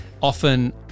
often